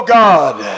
god